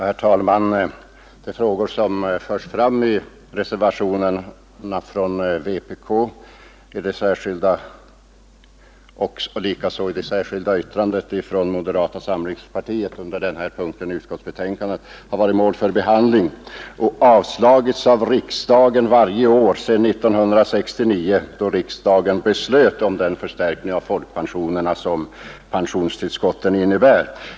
Herr talman! De förslag som förts fram i reservationerna från vpk och i det särskilda yttrandet från moderata samlingspartiet under den här punkten i utskottsbetänkandet har varit föremål för motioner och avslagits av riksdagen varje år sedan 1969, då riksdagen beslöt om den förstärkning av folkpensionerna som pensionstillskotten innebär.